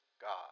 God